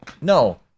No